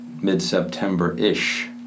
mid-September-ish